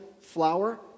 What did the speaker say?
flour